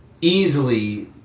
easily